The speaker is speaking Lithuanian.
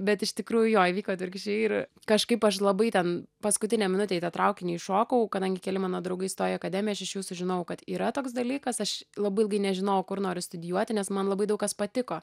bet iš tikrųjų jo įvyko atvirkščiai ir kažkaip aš labai ten paskutinę minutę į tą traukinį įšokau kadangi keli mano draugai įstojo į akademiją aš iš jų sužinojau kad yra toks dalykas aš labai ilgai nežinojau kur noriu studijuoti nes man labai daug kas patiko